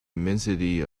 immensity